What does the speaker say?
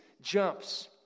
jumps